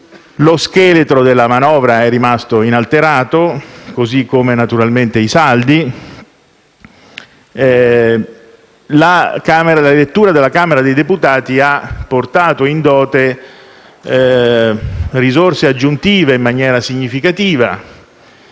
Lo scheletro della manovra è rimasto inalterato, così come, naturalmente, i saldi. La lettura della Camera dei deputati ha portato in dote risorse aggiuntive in maniera significativa,